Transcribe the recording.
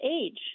age